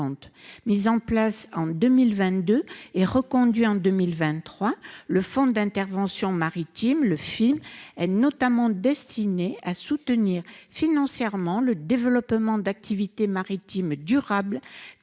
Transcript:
Mis en place en 2022 et reconduit en 2023, le fonds d'intervention maritime (FIM) est notamment destiné à soutenir financièrement le développement d'activités maritimes durables,